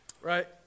Right